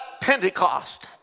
Pentecost